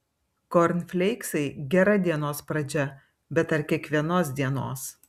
kornfleiksai gera dienos pradžia bet ar kiekvienos dienos